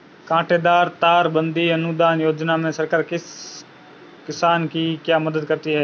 कांटेदार तार बंदी अनुदान योजना में सरकार किसान की क्या मदद करती है?